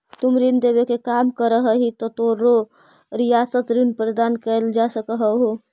तुम ऋण देवे के काम करऽ हहीं त तोरो रियायत ऋण प्रदान कैल जा सकऽ हओ